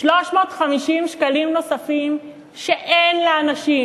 350 שקלים נוספים שאין לאנשים,